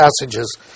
passages